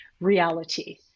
reality